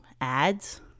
ads